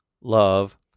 love